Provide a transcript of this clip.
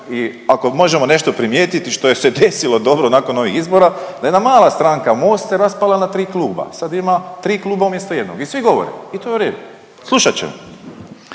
i ako možemo nešto primijetiti što se je desilo dobro nakon ovih izbora da jedna mala stranka Most se raspala na tri kluba, sad ima tri kluba umjesto jednog i svi govore i to je u redu, slušat ćemo.